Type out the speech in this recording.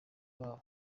babo